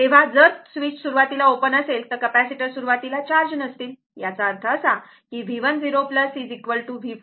तेव्हा जर स्विच सुरुवातीला ओपन असेल तर कॅपेसिटर सुरुवातीस चार्ज नसतील तर याचा अर्थ असा की V1 V4 0